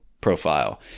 profile